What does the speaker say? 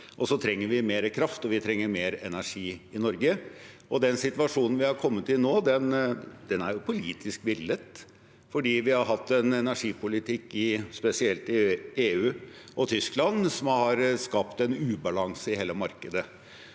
så trenger vi mer kraft og mer energi i Norge. Den situasjonen vi har kommet i nå, er politisk villet fordi vi har hatt en energipolitikk spesielt i EU og Tyskland som har skapt en ubalanse i hele markedet.